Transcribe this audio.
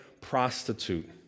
prostitute